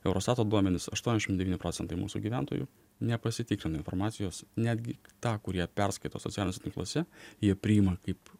eurostato duomenys aštuoniasdešim devyni procentai mūsų gyventojų nepasitikrina informacijos netgi tą kur jie perskaito socialiniuose tinkluose jie priima kaip